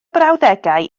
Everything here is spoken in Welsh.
brawddegau